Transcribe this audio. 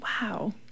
Wow